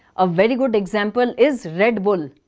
a very good example is red bull.